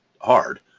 hard